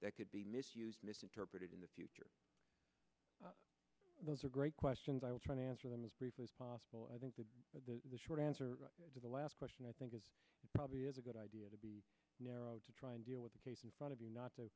that could be misused misinterpreted in the few those are great questions i will try to answer them as brief as possible i think that the short answer to the last question i think is probably is a good idea to be narrow to try and deal with the case in front of you not to